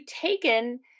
taken